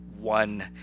One